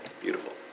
Beautiful